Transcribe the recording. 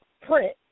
print